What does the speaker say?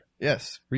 yes